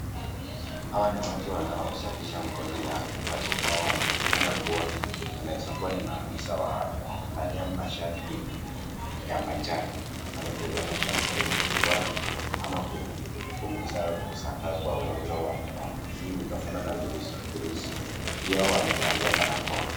Hawa ni watu wanaosafisha mkono yao. Watu hawa wanaonekana kuwa ni kuwa ni maafisa wa afya, wamevalia mashati ya manjano. Wanaosha mikono ili kutoa ama kupunguza kusambaa kwa ugonjwa wa Corona kutokana na virusi virusi. Pia wamevalia barakoa.